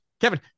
kevin